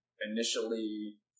initially